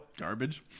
Garbage